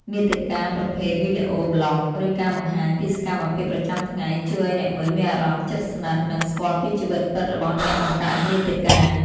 មាតិកាប្រភេទ វីដេអូប្លុក ឬការបង្ហាញពីសកម្មភាពប្រចាំថ្ងៃ ជួយឱ្យអ្នកមើលមានអារម្មណ៍ជិតស្និទ្ធ និងស្គាល់ពីជីវិតពិតរបស់អ្នកបង្កើតមាតិកា។